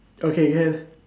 okay can